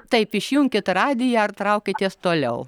taip išjunkit radiją ar traukitės toliau